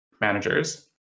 managers